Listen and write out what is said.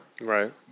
Right